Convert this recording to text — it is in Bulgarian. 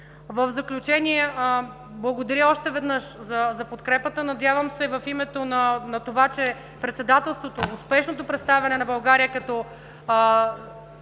В заключение, благодаря още веднъж за подкрепата. Надявам се в името на това, че Председателството, успешното представяне на България като